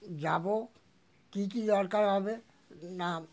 যাবো কী কী দরকার হবে না